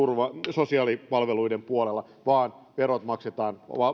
sosiaalipalveluiden puolella vaan verot maksetaan